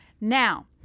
Now